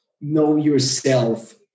know-yourself